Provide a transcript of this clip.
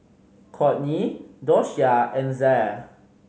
Cortney Doshia and Zaire